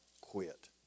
quit